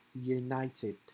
united